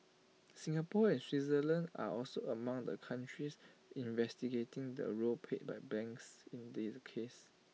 Singapore and Switzerland are also among the countries investigating the roles paid by banks in this case